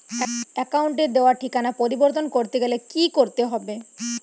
অ্যাকাউন্টে দেওয়া ঠিকানা পরিবর্তন করতে গেলে কি করতে হবে?